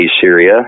Syria